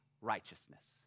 righteousness